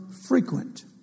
frequent